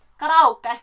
Karaoke